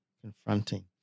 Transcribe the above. confronting